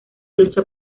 lucha